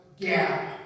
gap